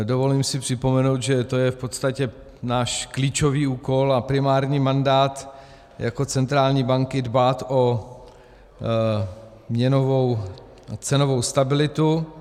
Dovolím si připomenout, že to je v podstatě náš klíčový úkol a primární mandát jako centrální banky dbát o měnovou a cenovou stabilitu.